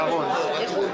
בזמנו